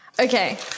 Okay